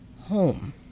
home